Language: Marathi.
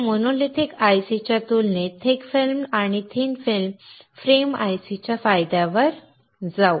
आता मोनोलिथिक आयसीच्या तुलनेत थिक फिल्म आणि थिन फ्रेम आयसी च्या फायद्यावर जाऊ